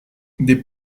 des